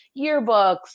yearbooks